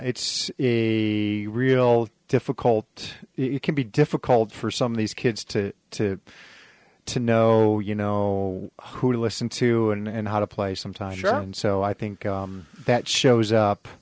it's a real difficult you can be difficult for some of these kids to to to know you know who to listen to and how to play sometimes sure and so i think that shows up